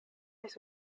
nicht